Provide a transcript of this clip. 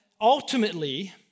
ultimately